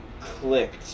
clicked